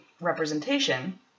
representation